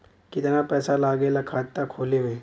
कितना पैसा लागेला खाता खोले में?